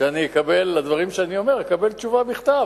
שעל הדברים שאני אומר אקבל תשובה בכתב,